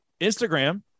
Instagram